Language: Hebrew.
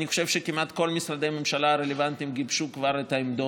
אני חושב שכמעט כל משרדי הממשלה הרלוונטיים גיבשו כבר את העמדות,